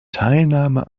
teilnahme